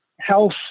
health